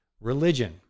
religion